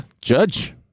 Judge